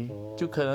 orh